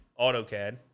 autocad